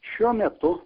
šiuo metu